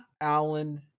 Alan